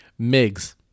Migs